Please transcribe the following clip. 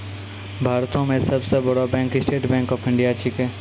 भारतो मे सब सं बड़ो bank state bank of India छिकै